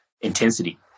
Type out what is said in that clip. intensity